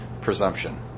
presumption